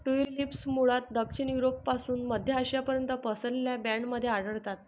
tulips मूळतः दक्षिण युरोपपासून मध्य आशियापर्यंत पसरलेल्या बँडमध्ये आढळतात